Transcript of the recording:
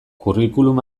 curriculum